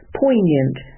poignant